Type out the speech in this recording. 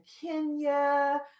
Kenya